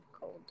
cold